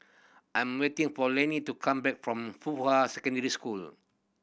I am waiting for Lennie to come back from Fuhua Secondary School